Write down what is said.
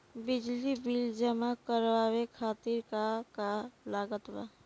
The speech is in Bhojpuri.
बिजली बिल जमा करावे खातिर का का लागत बा?